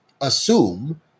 assume